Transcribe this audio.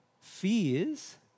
fears